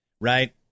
Right